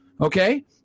okay